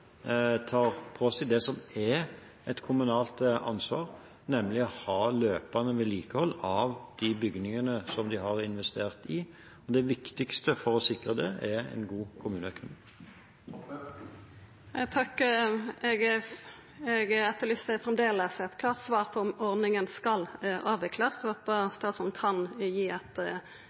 tar på seg det som er et kommunalt ansvar, nemlig å ha løpende vedlikehold av de bygningene som de har investert i. Det viktigste for å sikre det er en god kommuneøkonomi. Eg etterlyser framleis eit klart svar på om ordninga skal avviklast. Kan statsråden gi eit veldig klart svar på